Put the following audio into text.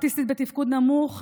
אוטיסטית בתפקוד נמוך,